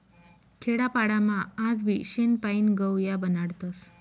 खेडापाडामा आजबी शेण पायीन गव या बनाडतस